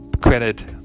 credit